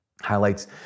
highlights